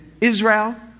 Israel